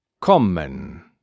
Kommen